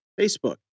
Facebook